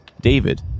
David